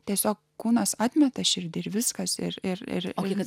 tiesiog kūnas atmeta širdį ir viskas ir ir laikas